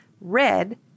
red